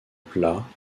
plat